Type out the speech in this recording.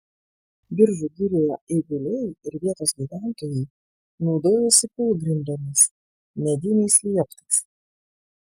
biržų girioje eiguliai ir vietos gyventojai naudojosi kūlgrindomis mediniais lieptais